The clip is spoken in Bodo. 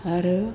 आरो